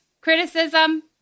criticism